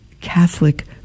Catholic